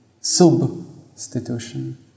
substitution